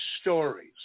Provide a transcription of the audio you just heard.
stories